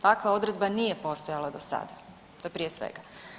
Takva odredba nije postojala do sada to je prije svega.